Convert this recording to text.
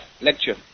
lecture